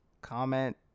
comment